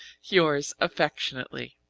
yours affectionately,